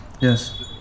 Yes